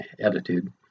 attitude